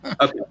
Okay